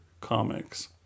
comics